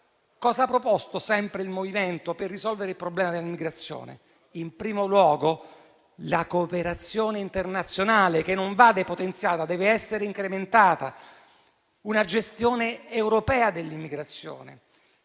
Cosa ha proposto sempre il MoVimento 5 Stelle per risolvere il problema dell'immigrazione? In primo luogo, ha proposto la cooperazione internazionale che non va depotenziata, ma deve essere incrementata, una gestione europea dell'immigrazione.